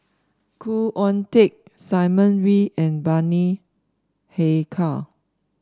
Khoo Oon Teik Simon Wee and Bani Haykal